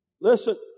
Listen